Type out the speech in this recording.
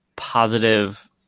positive